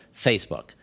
Facebook